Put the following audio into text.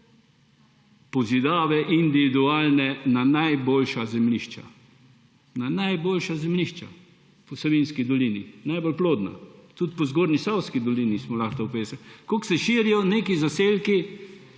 pozidave individualne na najboljša zemljišča, na najboljša zemljišča po Savinjski dolini, najbolj plodna. Tudi po Zgornjesavski dolini smo lahko to … Koliko se širijo neki zaselki,